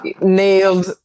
nailed